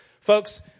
Folks